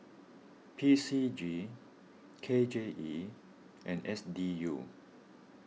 P C G K J E and S D U